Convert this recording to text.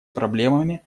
проблемами